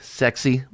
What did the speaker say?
sexy